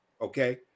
Okay